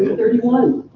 thirty one.